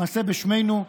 למעשה בשמנו,